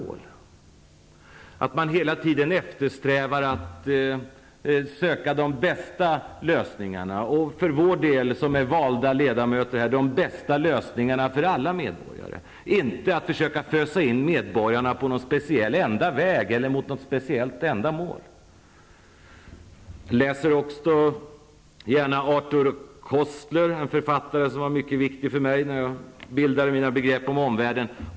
Det handlar om att man hela tiden eftersträvar att söka de bästa lösningarna, och för vår del, som valda ledamöter, handlar det om att söka de bästa lösningarna för alla medborgare och att inte försöka fösa in medborgarna på någon speciell enda väg eller mot något speciellt endamål. Jag läser också gärna Arthur Koestler, en författare som var mycket viktig för mig när jag bildade mig en uppfattning om omvärlden.